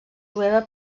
jueva